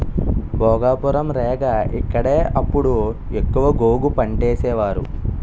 భోగాపురం, రేగ ఇక్కడే అప్పుడు ఎక్కువ గోగు పంటేసేవారు